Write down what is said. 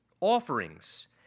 offerings